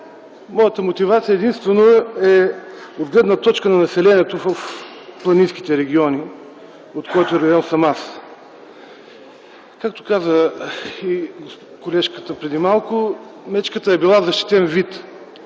Моята мотивация е единствено от гледна точка на населението в планинските региони, от какъвто район съм аз. Както каза и колежката преди малко, мечката е била защитен вид